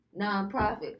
Nonprofit